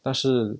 但是:dann shi